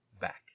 back